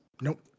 nope